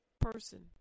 person